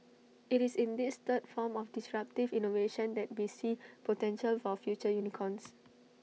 IT is in this third form of disruptive innovation that we see potential for future unicorns